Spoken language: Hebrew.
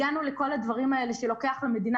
הגענו לכל הדברים האלה שלוקח למדינה